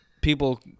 people